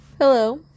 Hello